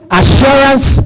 assurance